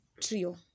trio